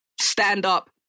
Stand-up